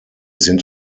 sind